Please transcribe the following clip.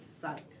site